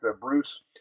Bruce